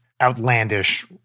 outlandish